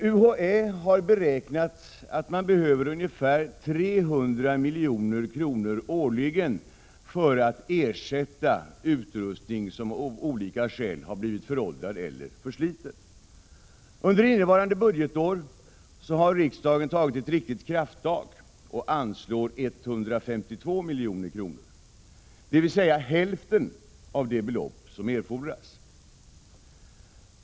UHÄ har beräknat att man behöver ungefär 300 miljoner årligen för att ersätta utrustning som av olika skäl blivit föråldrad eller försliten. Under innevarande budgetår har riksdagen tagit ett krafttag och anslår 152 milj.kr., dvs. hälften av det belopp som erfordras.